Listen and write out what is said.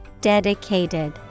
dedicated